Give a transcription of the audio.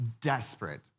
Desperate